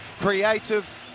creative